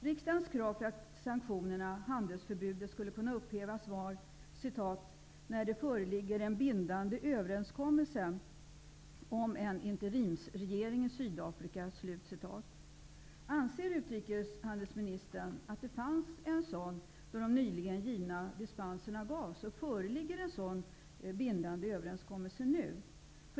Riksdagens krav för att sanktionerna och handelsförbudet skulle kunna upphävas var att det skulle ske ''när det föreligger en bindande överenskommelse om en interimsregering i Anser utrikeshandelsministern att det fanns en sådan då de nyligen givna dispenserna gavs? Och föreligger en sådan bindande överenskommelse nu?